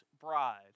bride